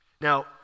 Now